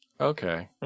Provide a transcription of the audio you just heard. Okay